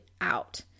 out